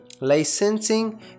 licensing